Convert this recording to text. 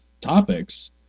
topics